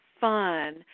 fun